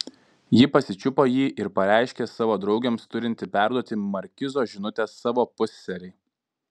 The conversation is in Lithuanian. ji pasičiupo jį ir pareiškė savo draugėms turinti perduoti markizo žinutę savo pusseserei